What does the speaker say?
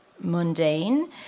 mundane